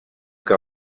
que